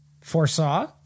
foresaw